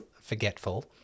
forgetful